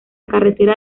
carretera